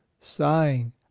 sighing